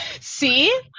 see